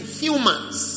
humans